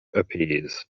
appears